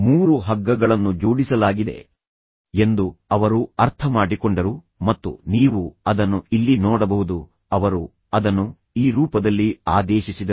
ಮೂರು ಹಗ್ಗಗಳನ್ನು ಜೋಡಿಸಲಾಗಿದೆ ಎಂದು ಅವರು ಅರ್ಥಮಾಡಿಕೊಂಡರು ಮತ್ತು ನೀವು ಅದನ್ನು ಇಲ್ಲಿ ನೋಡಬಹುದು ಅವರು ಅದನ್ನು ಈ ರೂಪದಲ್ಲಿ ಆದೇಶಿಸಿದರು